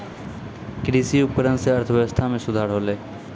कृषि उपकरण सें अर्थव्यवस्था में सुधार होलय